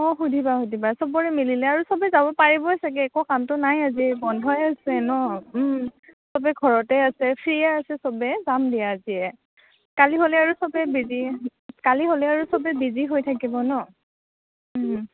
অঁ সুধিবা সুধিবা চবৰে মিলিলে আৰু চবে যাম পাৰিব চাগে একো কামটো নাই আজি বন্ধই আছে ন চবে ঘৰতে আছে ফ্ৰীয়ে আছে চবে যাম দিয়া আজিয়ে কালি হ'লে আৰু চবে বিজি হৈ থাকিব ন